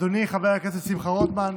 אדוני חבר הכנסת שמחה רוטמן,